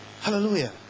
hallelujah